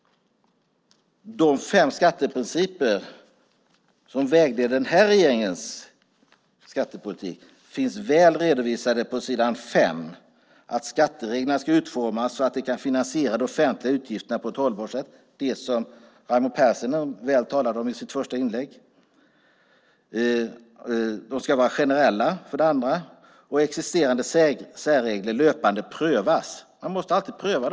De fem skatteprinciper som vägleder den här regeringens skattepolitik finns väl redovisade på s. 5. Skattereglerna ska utformas så att de kan finansiera de offentliga utgifterna på ett hållbart sätt, det som Raimo Pärssinen väl talade om i sitt första inlägg. De ska vara generella. Existerande särregler ska alltid prövas.